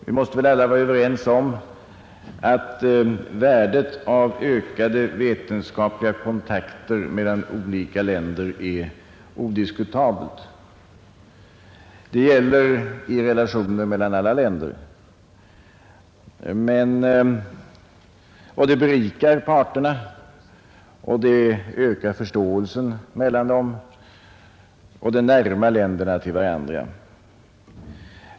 Vi måste väl alla vara överens om att värdet av ökade vetenskapliga kontakter mellan olika länder är odiskutabelt. Det gäller i relationer mellan alla länder. Sådana kontakter berikar parterna, ökar förståelsen mellan dem och närmar länderna till varandra.